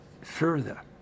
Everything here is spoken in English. further